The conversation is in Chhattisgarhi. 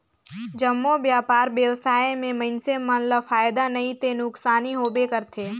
जम्मो बयपार बेवसाय में मइनसे मन ल फायदा नइ ते नुकसानी होबे करथे